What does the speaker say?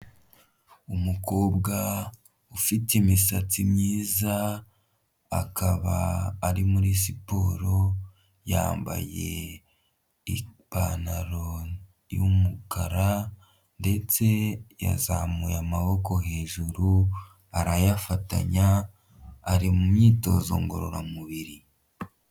Umukobwa ufite imisatsi myiza akaba ari muri siporo yambaye ipantaro y'umukara ndetse yazamuye amaboko hejuru arayafatanya ari mu myitozo ngororamubiri.